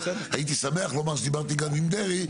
הייתי שמח לומר שדיברתי גם עם דרעי,